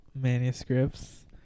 Manuscripts